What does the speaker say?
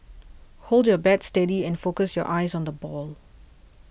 hold your bat steady and focus your eyes on the ball